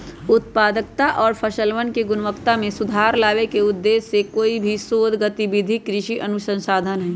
उत्पादकता और फसलवन के गुणवत्ता में सुधार लावे के उद्देश्य से कोई भी शोध गतिविधि कृषि अनुसंधान हई